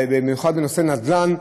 במיוחד בנושא נדל"ן,